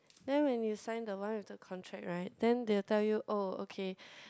then when you sign the one with the contract right then they will tell you oh okay